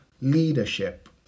leadership